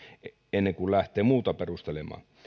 ennen kuin lähtee muuta perustelemaan